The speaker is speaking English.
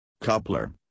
Coupler